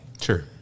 sure